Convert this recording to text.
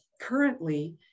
currently